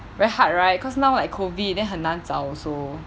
very hard right cause now like COVID then 很难找 also